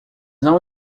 não